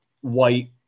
white